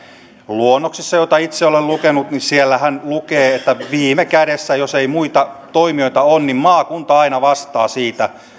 luonnoksissahan joita itse olen lukenut lukee että viime kädessä jos ei muita toimijoita ole maakunta aina vastaa